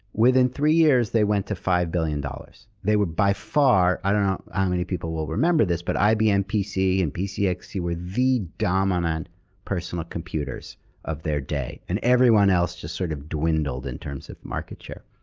within three years they went to five billion dollars. they were by far. i don't know how many people will remember this, but ibm pc and pc xt were the dominant personal computers of their day, and everyone else just sort of dwindled in terms of market share.